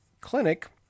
clinic